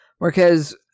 Marquez